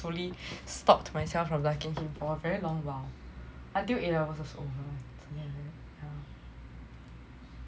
fully stopped myself from liking him for a very long while until a levels was over then yeah